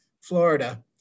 Florida